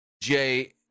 Jay